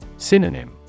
Synonym